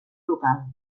local